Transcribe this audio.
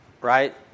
right